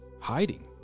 hiding